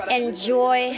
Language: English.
enjoy